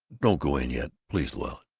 don't go in yet! please, louetta!